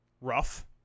Rough